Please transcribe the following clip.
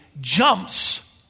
jumps